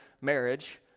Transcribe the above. marriage